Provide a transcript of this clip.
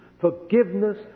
Forgiveness